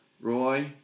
Roy